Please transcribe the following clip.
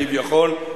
כביכול,